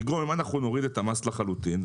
אם אנחנו נוריד את המס לחלוטין,